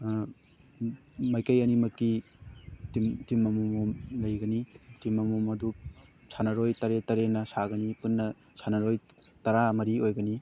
ꯃꯥꯏꯀꯩ ꯑꯅꯤꯃꯛꯀꯤ ꯇꯤꯝ ꯑꯃꯃꯝ ꯂꯩꯒꯅꯤ ꯇꯤꯝ ꯑꯃꯃꯝ ꯑꯗꯨ ꯁꯥꯟꯅꯔꯣꯏ ꯇꯔꯦꯠ ꯇꯔꯦꯠꯅ ꯁꯥꯒꯅꯤ ꯄꯨꯟꯅ ꯁꯥꯟꯅꯔꯣꯏ ꯇꯔꯥ ꯃꯔꯤ ꯑꯣꯏꯒꯅꯤ